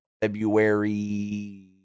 February